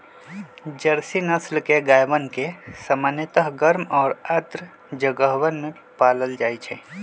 Jersey नस्ल के गायवन के सामान्यतः गर्म और आर्द्र जगहवन में पाल्ल जाहई